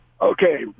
Okay